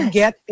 get